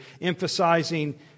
emphasizing